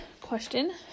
question